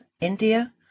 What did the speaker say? India